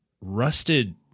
rusted